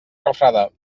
refredar